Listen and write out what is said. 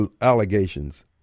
allegations